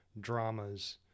dramas